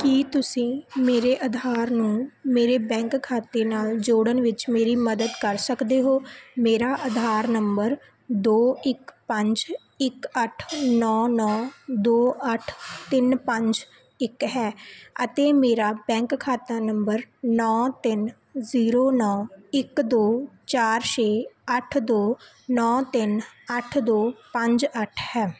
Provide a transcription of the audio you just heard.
ਕੀ ਤੁਸੀਂ ਮੇਰੇ ਆਧਾਰ ਨੂੰ ਮੇਰੇ ਬੈਂਕ ਖਾਤੇ ਨਾਲ ਜੋੜਨ ਵਿੱਚ ਮੇਰੀ ਮਦਦ ਕਰ ਸਕਦੇ ਹੋ ਮੇਰਾ ਆਧਾਰ ਨੰਬਰ ਦੋ ਇੱਕ ਪੰਜ ਇੱਕ ਅੱਠ ਨੌਂ ਨੌਂ ਦੋ ਅੱਠ ਤਿੰਨ ਪੰਜ ਇੱਕ ਹੈ ਅਤੇ ਮੇਰਾ ਬੈਂਕ ਖਾਤਾ ਨੰਬਰ ਨੌਂ ਤਿੰਨ ਜ਼ੀਰੋ ਨੌਂ ਇੱਕ ਦੋ ਚਾਰ ਛੇ ਅੱਠ ਦੋ ਨੌਂ ਤਿੰਨ ਅੱਠ ਦੋ ਪੰਜ ਅੱਠ ਹੈ